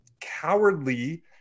cowardly